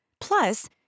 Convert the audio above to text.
Plus